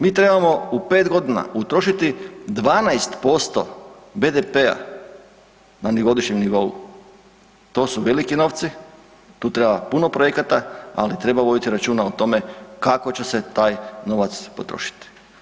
Mi trebamo u pet godina utrošiti 12% BDP-a na godišnjem nivou, to su veliki novci, tu treba puno projekata, ali treba voditi računa o tome kako će se taj novac potrošiti.